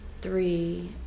three